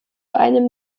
einem